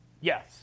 yes